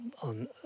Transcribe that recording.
on